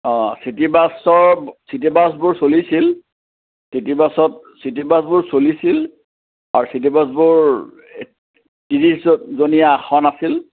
অঁ city bus চব city বাছবোৰ চলিছিল চিটি বাছত চিটি বাছবোৰ চলিছিল আৰু চিটি বাছবোৰ ত্ৰিছজনীয়া আসন আছিল